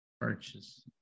purchase